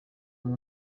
wari